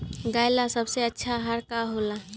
गाय ला सबसे अच्छा आहार का होला?